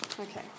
Okay